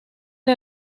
fue